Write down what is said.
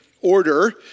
order